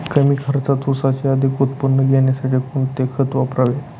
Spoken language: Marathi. कमी खर्चात ऊसाचे अधिक उत्पादन घेण्यासाठी कोणते खत वापरावे?